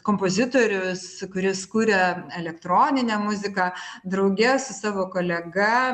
kompozitorius kuris kuria elektroninę muziką drauge su savo kolega